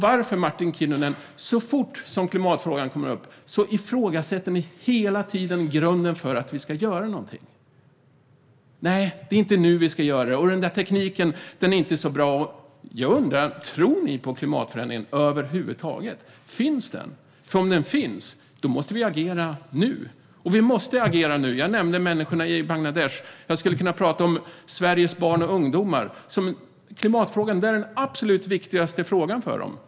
Varför, Martin Kinnunen, ifrågasätter ni hela tiden grunden för att vi ska göra någonting så fort klimatfrågan kommer upp? Nej, det är inte nu vi ska göra det, och den där tekniken är inte så bra. Jag undrar: Tror ni på klimatförändringen över huvud taget? Finns den? Om den finns måste vi agera nu. Vi måste agera nu. Jag nämnde människorna i Bangladesh. Jag skulle kunna tala om Sveriges barn och ungdomar. Klimatfrågan är den absolut viktigaste frågan för dem.